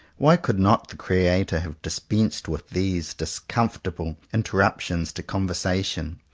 why could not the creator have dispensed with these discomfortable interruptions to con versation?